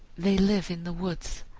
they live in the woods,